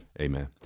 Amen